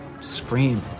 scream